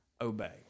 obey